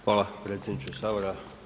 Hvala predsjedniče Sabora.